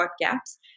gaps